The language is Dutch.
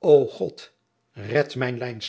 o od red mijn